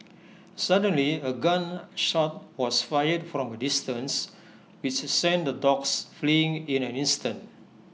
suddenly A gun shot was fired from A distance which sent the dogs fleeing in an instant